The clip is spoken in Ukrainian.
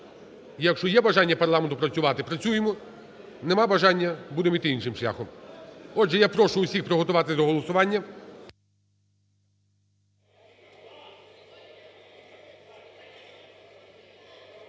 Якщо є бажання парламенту працювати – працюємо, нема бажання – будемо йти іншим шляхом. Отже, я прошу всіх приготуватися до голосування.